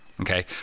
okay